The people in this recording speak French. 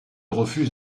refuse